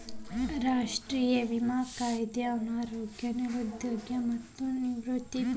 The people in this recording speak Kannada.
ರಾಷ್ಟ್ರೇಯ ವಿಮಾ ಕಾಯ್ದೆ ಅನಾರೋಗ್ಯ ನಿರುದ್ಯೋಗ ಮತ್ತ ನಿವೃತ್ತಿ ಪಿಂಚಣಿ ಪ್ರಯೋಜನಗಳನ್ನ ಒದಗಿಸ್ತದ